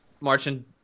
marching